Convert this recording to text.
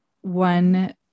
one